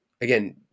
again